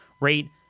rate